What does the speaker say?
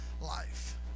life